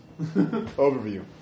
Overview